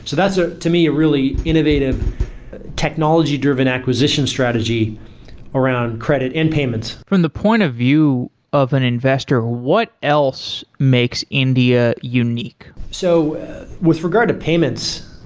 so that's ah to me a really innovative technology-driven acquisition strategy around credit and payments from the point of view of an investor, what else makes india unique? so with regard to payments,